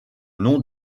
nom